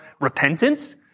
repentance